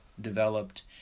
developed